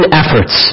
efforts